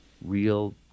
real